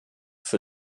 für